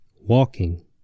walking